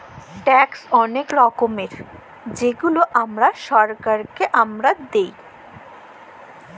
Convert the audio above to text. tax অলেক রকমের যেগলা আমরা ছরকারকে আমরা দিঁই